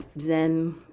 zen